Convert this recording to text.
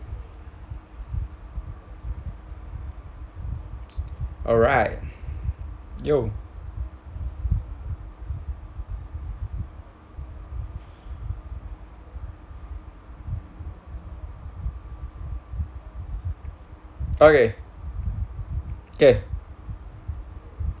all right yo okay okay